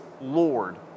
Lord